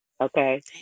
Okay